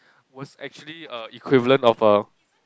was actually a equivalent of a